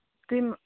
تُہۍ مہٕ